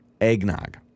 eggnog